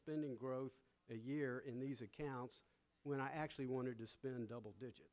spending growth a year in these accounts when i actually wanted to spend double digits